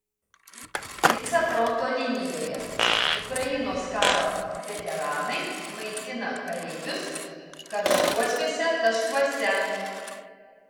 pica fronto linijoje ukrainos karo veteranai maitina kareivius karštuosiuose taškuose